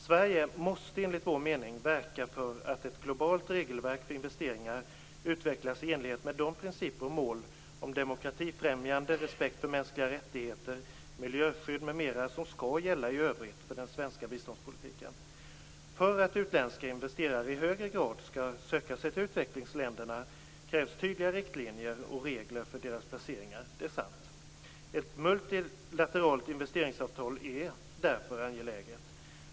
Sverige måste enligt vår mening verka för att ett globalt regelverk för investeringar utvecklas i enlighet med de principer och mål om demokratifrämjande, respekt för mänskliga rättigheter, miljöskydd m.m. som skall gälla i övrigt för den svenska biståndspolitiken. För att utländska investerare i högre grad skall söka sig till utvecklingsländerna krävs tydliga riktlinjer och regler för deras placeringar - det är sant. Ett multilateralt investeringsavtal är därför angeläget.